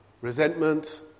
resentment